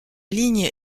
ligne